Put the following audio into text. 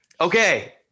Okay